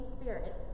Spirit